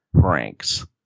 pranks